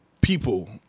people